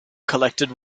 collected